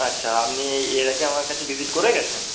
আচ্ছা আপনি এর আগে আমার কাছে ভিজিট করে গেছেন